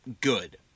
good